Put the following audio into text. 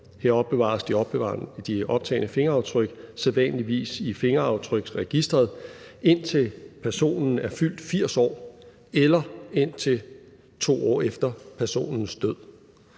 Her opbevares de optagne fingeraftryk sædvanligvis i fingeraftryksregisteret, indtil personen er fyldt 80 år, eller indtil 2 år efter personens død.